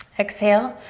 exhale,